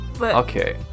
Okay